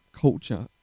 culture